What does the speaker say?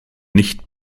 nicht